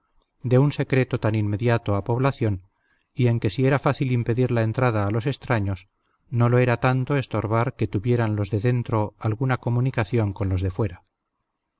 de un secreto tan inmediato a población y en que si era fácil impedir la entrada a los extraños no lo era tanto estorbar que tuvieran los de dentro alguna comunicación con los de fuera